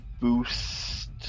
boost